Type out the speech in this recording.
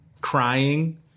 crying